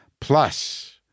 Plus